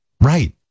Right